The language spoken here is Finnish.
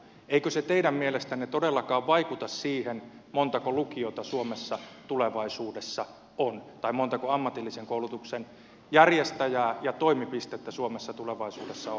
eikö se teidän mielestänne todellakaan vaikuta siihen montako lukiota suomessa tulevaisuudessa on tai montako ammatillisen koulutuksen järjestäjää ja toimipistettä suomessa tulevaisuudessa on